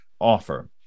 offer